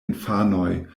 infanoj